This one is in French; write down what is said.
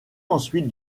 ensuite